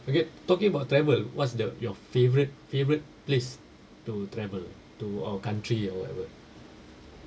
okay talking about travel what's the your favourite favourite place to travel to or country or whatever